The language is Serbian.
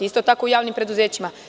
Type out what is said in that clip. Isto tako u javnim preduzećima.